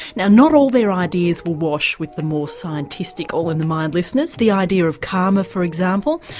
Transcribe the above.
now not all their ideas will wash with the more scientistic all in the mind listeners, the idea of karma for example,